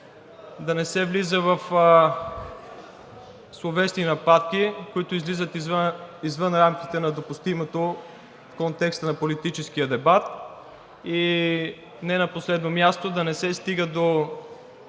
да не се влиза в словесни нападки, които излизат извън рамките на допустимото в контекста на политическия дебат, и не на последно място, да не се стига до